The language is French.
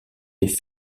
les